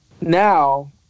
Now